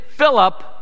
Philip